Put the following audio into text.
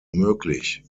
möglich